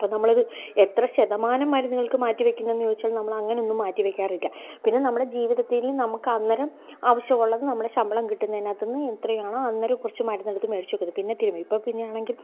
അപ്പോള് നമ്മളത് എത്ര ശതമാനം മരുന്നുകൾക്ക് മാറ്റിവെയ്ക്കുന്നെന്ന് ചോദിച്ചാൽ നമ്മളങ്ങനൊന്നും മാറ്റി വയ്ക്കാറില്ല പിന്നെ നമ്മുടെ ജീവിതത്തിൽ നമുക്കന്നേരം ആവശ്യമുള്ളത് നമ്മുടെ ശമ്പളം കിട്ടുന്നതിനകത്തുനിന്ന് എത്രയാണോ അന്നേരം കുറച്ച് മരുന്നെടുത്ത് മേടിച്ച് വയ്ക്കുന്നു പിന്നേ തീരും ഇപ്പോള് പിന്നെയാണെങ്കില്